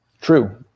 true